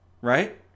right